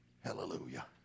Hallelujah